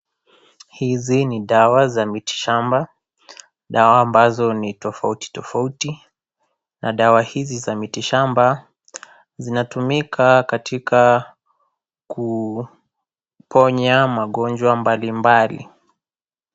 Hizi ni dawa za miti shamba, dawa ambazo ni tofauti tofauti na dawa hizi za miti shamba zinatumika katika kuponya magonjwa mbalimbali.